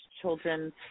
children